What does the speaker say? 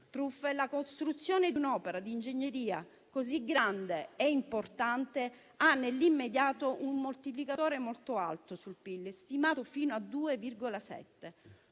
la costruzione di un'opera di ingegneria così grande e importante ha nell'immediato un moltiplicatore molto alto sul PIL, stimato fino a 2,7: